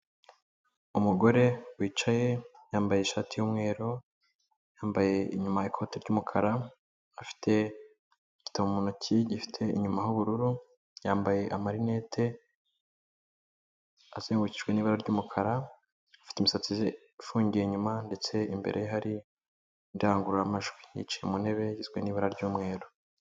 Umugore wicaye yambaye ishati y'umweru, yambaye inyuma ikote ry'umukara, afite igitabo mu ntoki gifite inyuma h'ubururu, yambaye amarinete azengurukijwe n'ibara ry'umukara, afite imisatsi ifungiye inyuma ndetse imbere hari indangururamajwi, yicaye mu ntebe igizwe n'ibara ry'umweru.